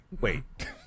Wait